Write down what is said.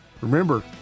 Remember